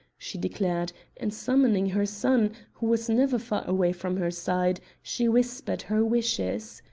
she declared and summoning her son, who was never far away from her side, she whispered her wishes.